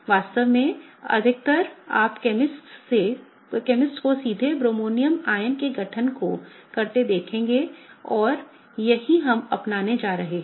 वास्तव में अधिकतर आप केमिस्ट्स को सीधे ब्रोमोनियम आयन के गठन को करते देखेंगे और यही हम अपनाने जा रहे हैं